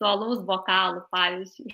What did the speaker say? su alaus bokalu pavyzdžiui